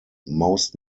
most